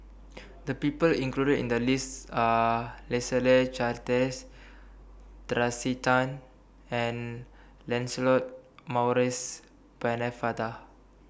The People included in The list Are Leslie Charteris Tracey Tan and Lancelot Maurice Pennefather